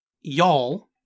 Y'all